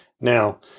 Now